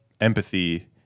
empathy